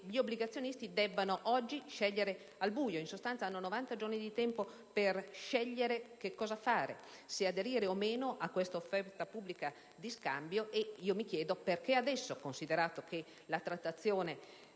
gli obbligazionisti debbano oggi scegliere al buio: in sostanza, hanno novanta giorni di tempo per scegliere se aderire o meno a questa offerta pubblica di scambio e mi chiedo: perché adesso, considerato che la trattazione